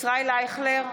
ישראל אייכלר,